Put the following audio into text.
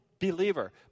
believer